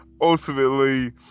Ultimately